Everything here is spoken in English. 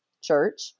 church